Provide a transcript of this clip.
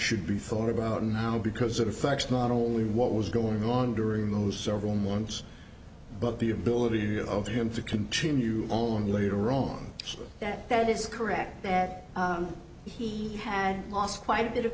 should be thought about now because it affects not only what was going on during those several months but the ability of them to continue only later on that that is correct that he had lost quite a bit of